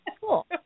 Cool